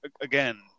again